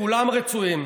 כולם רצויים.